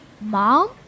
Mom